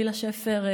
בלהה שפר,